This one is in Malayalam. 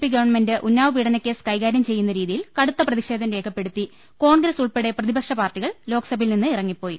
പി ഗവൺമെന്റ് ഉന്നാവ് പീഡനക്കേസ് കൈകാര്യം ചെയ്യുന്ന രീതിയിൽ കടുത്ത പ്രതിഷേധം രേഖപ്പെടുത്തി കോൺഗ്രസ് ഉൾപ്പെടെ പ്രതിപക്ഷ പാർട്ടികൾ ലോക്സഭയിൽ നിന്ന് ഇറ ങ്ങിപ്പോയി